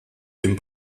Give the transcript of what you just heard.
dem